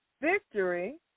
victory